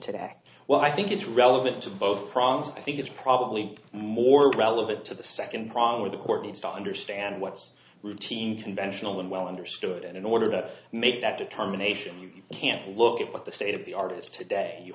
today well i think it's relevant to both problems i think it's probably more relevant to the second prong when the court needs to understand what's conventional and well understood and in order to make that determination you can look at what the state of the art is today you